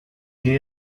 que